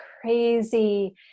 crazy